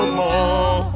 more